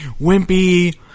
wimpy